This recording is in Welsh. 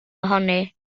ohoni